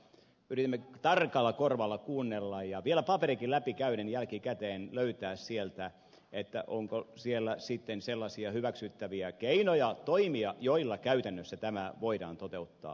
yritin tarkalla korvalla kuunnella ja vielä paperinkin läpikäyden jälkikäteen löytää sieltä onko sitten sellaisia hyväksyttäviä keinoja toimia joilla käytännössä tämä voidaan toteuttaa